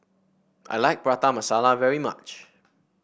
I like Prata Masala very much